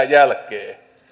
jälkeen